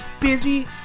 busy